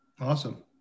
Awesome